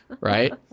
right